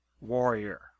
warrior